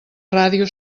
ràdio